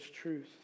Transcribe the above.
truth